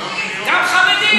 גם חרדים.